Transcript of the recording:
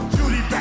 Judy